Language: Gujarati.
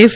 એફ